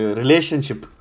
relationship